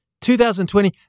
2020